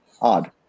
Odd